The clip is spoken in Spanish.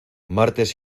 martes